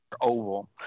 oval